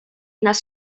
nas